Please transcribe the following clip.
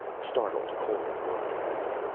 startled, cole whirled around.